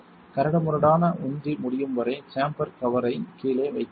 கரடுமுரடான உந்தி முடிவடையும் வரை சேம்பர் கவர்ரை கீழே வைத்திருங்கள்